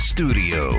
Studio